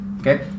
Okay